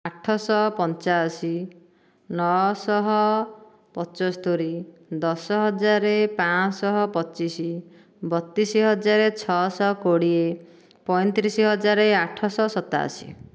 ଆଠଶହ ପଞ୍ଚାଅଶୀ ନଅଶହ ପଞ୍ଚସ୍ତରି ଦଶ ହଜାର ପାଞ୍ଚଶହ ପଚିଶ ବତିଶ ହଜାର ଛଅଶହ କୋଡ଼ିଏ ପଈଁତିରିଶ ହଜାରେ ଆଠଶହ ସତାଅଶୀ